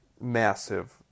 massive